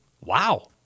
Wow